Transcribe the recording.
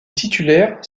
titulaires